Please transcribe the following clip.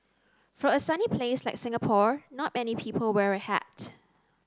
for a sunny place like Singapore not many people wear a hat